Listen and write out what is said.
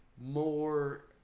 more